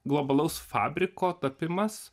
globalaus fabriko tapimas